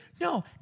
No